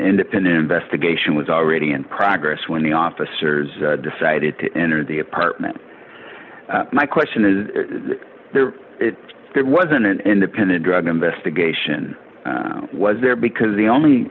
independent investigation was already in progress when the officers decided to enter the apartment my question is there it wasn't an independent drug investigation was there because the only